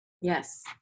Yes